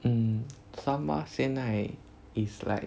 um somemore 现在 is like